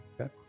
okay